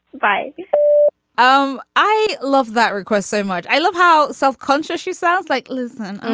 bye um i love that request so much. i love how self-conscious she sounds like. listen